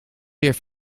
weer